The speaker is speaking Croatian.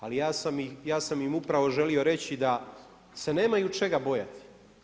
Ali ja sam im upravo želio reći da se nemaju čega bojati.